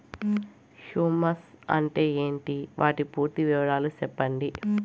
Humus అంటే ఏంటి? వాటి పూర్తి వివరాలు సెప్పండి?